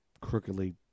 crookedly